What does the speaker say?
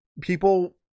people